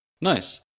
Nice